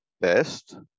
best